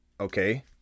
Okay